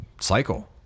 cycle